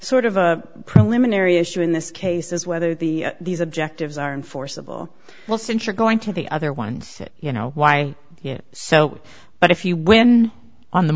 sort of a preliminary issue in this case is whether the these objectives are enforceable well since you're going to the other ones that you know why you so but if you win on the